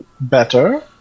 better